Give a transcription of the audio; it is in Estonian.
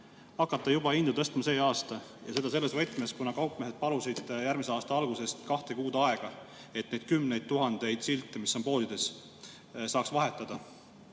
hakata hindu tõstma juba see aasta, ja seda selles võtmes, et kaupmehed palusid järgmise aasta alguses kahte kuud aega, et neid kümneid tuhandeid silte, mis on poodides, saaks vahetada.